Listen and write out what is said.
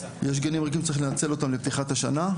יש גנים ריקים צריך לנצל אותם לפתיחת השנה,